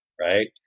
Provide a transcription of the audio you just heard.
right